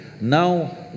Now